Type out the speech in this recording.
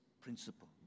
principle